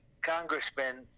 congressman